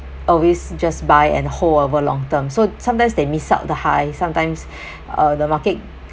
always just buy and hold over long term so sometimes they miss out the high sometimes uh the market